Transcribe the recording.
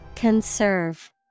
Conserve